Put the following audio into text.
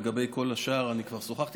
לגבי כל השאר אני כבר שוחחתי.